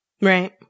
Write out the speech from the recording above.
Right